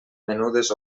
menudes